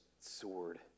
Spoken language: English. sword